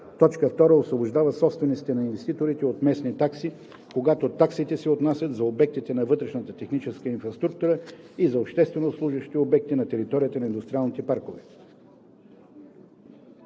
парк; 2. освобождава собствениците и инвеститорите от местни такси, когато таксите се отнасят за обектите на вътрешната техническа инфраструктура и за общественообслужващите обекти на територията на индустриалните паркове.“